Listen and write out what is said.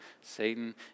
Satan